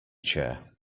chair